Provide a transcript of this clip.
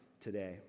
today